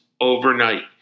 overnight